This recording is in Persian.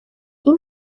این